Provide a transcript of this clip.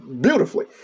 beautifully